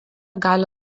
gali